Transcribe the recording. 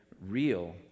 real